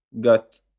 got